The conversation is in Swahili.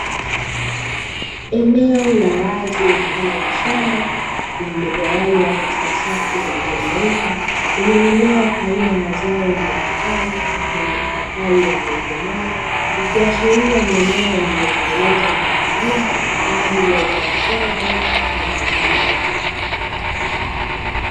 Eneo la wazi mfano wa shamba lililogawanywa katika safu zilizonyooka zenye mimea aina ya zao la mipapai ,lenye mapapai yaliyokomaa ikiashiria ni eneo lililotengenezwa na wakulima kwa ajili ya kulima mazao.